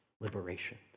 liberation